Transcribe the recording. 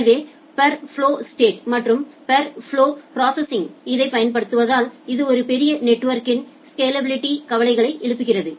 எனவே per flow state மற்றும் per flow processing இதைப் பயன்படுத்துவதால் இது ஒரு பெரிய நெட்வொர்கில் ஸ்கேலாபிலிட்டி கவலைகளை எழுப்புகிறது